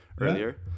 earlier